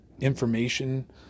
information